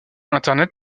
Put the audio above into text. internet